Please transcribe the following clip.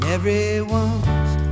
Everyone's